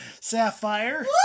Sapphire